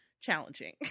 challenging